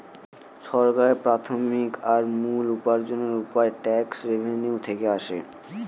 সরকারের প্রাথমিক আর মূল উপার্জনের উপায় ট্যাক্স রেভেনিউ থেকে আসে